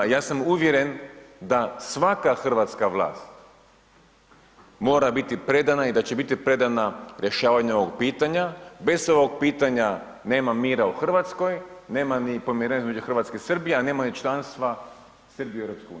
Ja sam uvjeren da svaka hrvatska vlast mora biti predana i da će biti predana rješavanju ovog pitanja, bez ovog pitanja nema mira u RH, nema ni pomirenja između RH i Srbije, a nema ni članstva Srbije u EU.